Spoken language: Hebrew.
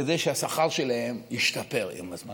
כדי שהשכר שלהם ישתפר עם הזמן?